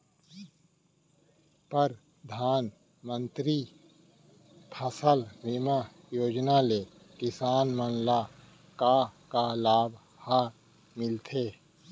परधानमंतरी फसल बीमा योजना ले किसान मन ला का का लाभ ह मिलथे?